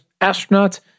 astronauts